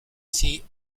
sie